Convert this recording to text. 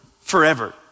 forever